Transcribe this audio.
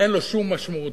אין לו שום משמעות.